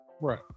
Right